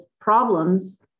problems